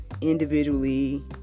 individually